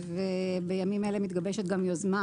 ובימים אלה מתגבשת גם יוזמה